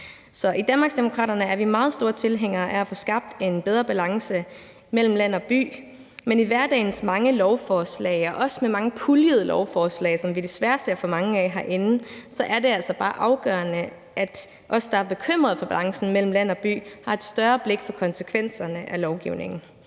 i Danmarksdemokraterne er vi meget store tilhængere af at få skabt en bedre balance mellem land og by, men i hverdagens mange lovforslag og også med mange puljede lovforslag, som vi desværre ser for mange af herinde, er det altså bare afgørende, at os, der er bekymrede for balancen mellem land og by, har et større blik for konsekvenserne af lovgivningen.